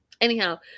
Anyhow